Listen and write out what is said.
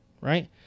right